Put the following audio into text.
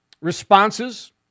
responses